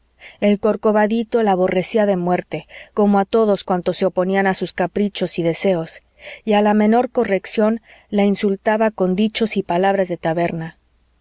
el corcovadito la aborrecía de muerte como a todos cuantos se oponían a sus caprichos y deseos y a la menor corrección la insultaba con dichos y palabras de taberna